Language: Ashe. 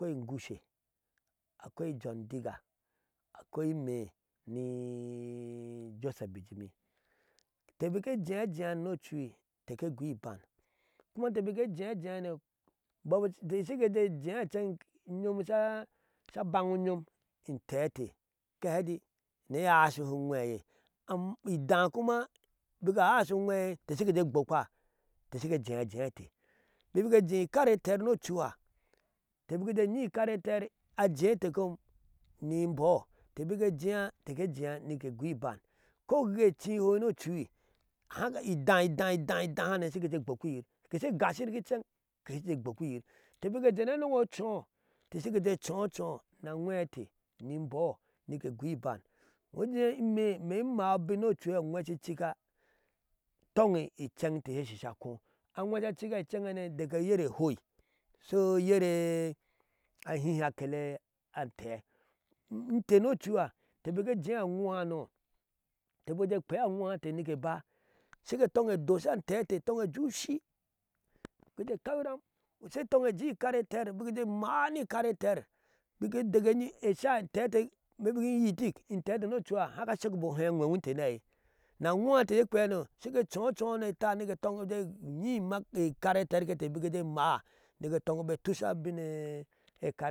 Akwai ingushe, akwai john diga, akwai imee ni joseph bijimi, inte bike jiya jiya nochui inteeke gui iban kuma bike jiya jiya hane uyom sa bagui uyom inte ete ka hee eti nee ashiye uwer eye idaah kuma, bika atsu uweeh eye keshige je awogwa ke shige jiyajiya ete inte bike jee ikara ter nochla intee bike je yi ikare ter ajiye ete kom ni imboo, intee bike jiya kike jiya ne gui eban ko kee chi ihoi nochui idaa idaa ha nai ke shige awocuyir, intee bike jene nauge ochoi ke shige choi choi na weeh ete ni imbe weehshioka a togye inchen inteshisa kooh a weeh sa cika inchenchane dege oyere hoi sai oyere a hira akee, ante inte nochuha inte bike jee awoha tongye jeyir ushi keje kau iram kishe tongye jeyir ushi keje kjau iram kishe tongye jeyir ikare eter bike jee maa ni kare eter biki yitik awteeh te nochuha haka shekibo ohee a weewinte ne aai ni wooh ete kike kwiya no ke kike choo choo etaa nike tongye yi ikore eterkete bike jee maa nike je tusa abingyete.